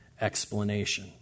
explanation